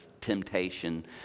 temptation